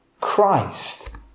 Christ